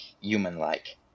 human-like